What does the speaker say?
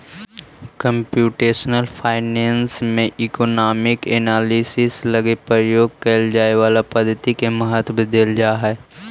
computational finance में economic analysis लगी प्रयोग कैल जाए वाला पद्धति के महत्व देल जा हई